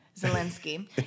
Zelensky